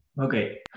Okay